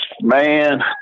man